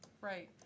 Right